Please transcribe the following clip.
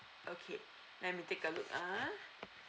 okay let me take a look ah